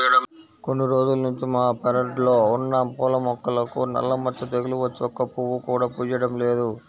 కొన్ని రోజుల్నుంచి మా పెరడ్లో ఉన్న పూల మొక్కలకు నల్ల మచ్చ తెగులు వచ్చి ఒక్క పువ్వు కూడా పుయ్యడం లేదు